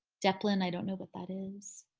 deplan i don't know what that is.